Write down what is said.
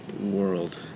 world